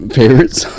favorites